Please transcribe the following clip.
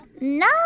No